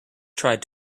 tried